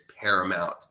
paramount